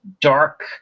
dark